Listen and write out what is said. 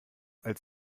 als